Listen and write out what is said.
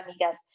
amigas